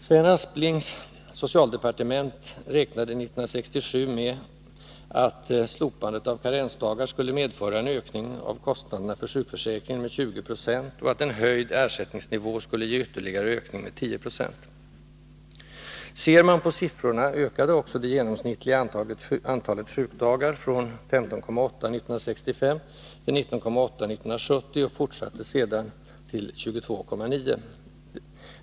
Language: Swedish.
Sven Asplings socialdepartement räknade 1967 med att slopandet av karensdagar skulle medföra en ökning av kostnaderna för sjukförsäkringen med 20 20 och att en höjd ersättningsnivå skulle ge ytterligare en ökning med 10 90. Ser man på siffrorna, finner man också att det genomsnittliga antalet sjukdagar ökade från 15,8 år 1965 till 19,8 år 1970 och att det sedan fortsatte att öka till 22,9.